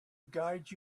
guide